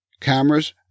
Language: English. Cameras